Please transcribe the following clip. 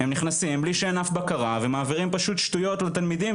הם נכנסים בלי שאין אף בקרה ומעבירים פשוט שטויות לתלמידים,